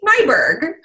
Nyberg